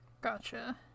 Gotcha